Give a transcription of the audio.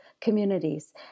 communities